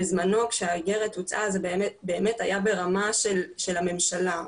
בזמנו כשהאיגרת הוצאה זה באמת היה ברמה של הממשלה.